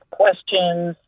questions